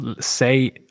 say